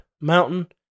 mountain